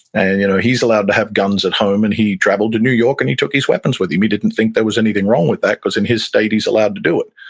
and you know he's allowed to have guns at home, and he traveled to new york and he took his weapons with him. he didn't think there was anything wrong with that because in his state he's allowed to do it.